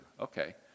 Okay